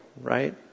right